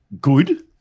good